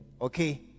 Okay